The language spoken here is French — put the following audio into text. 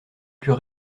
plus